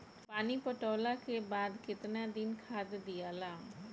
पानी पटवला के बाद केतना दिन खाद दियाला?